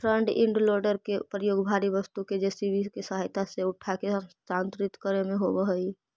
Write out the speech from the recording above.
front end loader के प्रयोग भारी वस्तु के जे.सी.बी के सहायता से उठाके स्थानांतरित करे में होवऽ हई